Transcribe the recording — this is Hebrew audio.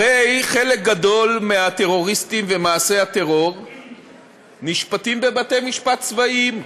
הרי חלק גדול מהטרוריסטים ומעושי הטרור נשפטים בבתי-משפט צבאיים.